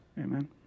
Amen